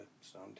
stone